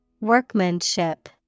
Workmanship